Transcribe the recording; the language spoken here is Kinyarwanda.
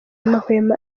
amahwemo